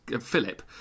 Philip